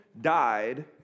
died